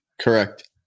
Correct